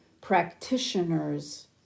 practitioners